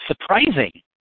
surprising